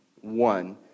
One